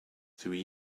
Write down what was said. three